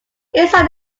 inside